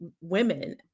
women